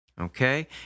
Okay